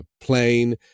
plane